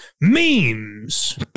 Memes